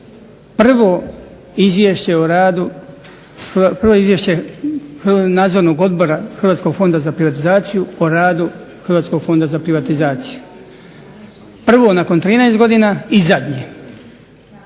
prvo izvješće Nadzornog odbora Hrvatskog fonda za privatizaciju o radu Hrvatskog fonda za privatizaciju. Prvo nakon 13 godina i zadnje.